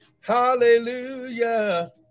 Hallelujah